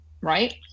right